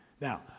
Now